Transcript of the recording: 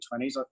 20s